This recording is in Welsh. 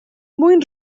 mwyn